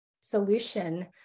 solution